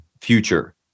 future